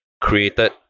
created